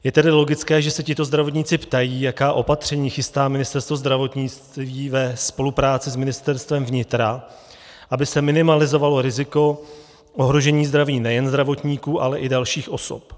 Je tedy logické, že se tito zdravotníci ptají, jaká opatření chystá Ministerstvo zdravotnictví ve spolupráci s Ministerstvem vnitra, aby se minimalizovalo ohrožení zdraví nejen zdravotníků, ale i dalších osob.